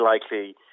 likely